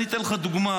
אני אתן לך דוגמה,